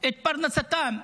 את פרנסתם,